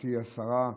מכובדתי השרה,